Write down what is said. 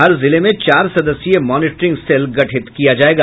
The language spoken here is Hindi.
हर जिले में चार सदस्यीय मॉनिटरिंग सेल गठित किया जायेगा